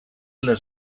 las